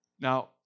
Now